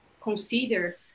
consider